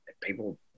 people